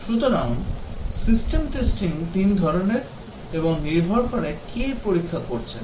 সুতরাং system testing তিন ধরণের এবং নির্ভর করে কে পরীক্ষা করছেন